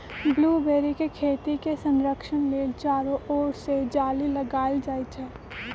blueberry के खेती के संरक्षण लेल चारो ओर से जाली लगाएल जाइ छै